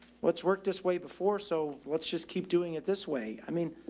what's worked this way before. so let's just keep doing it this way. i mean,